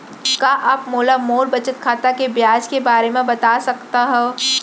का आप मोला मोर बचत खाता के ब्याज के बारे म बता सकता हव?